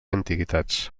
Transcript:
antiguitats